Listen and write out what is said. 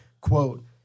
quote